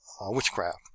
witchcraft